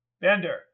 Bender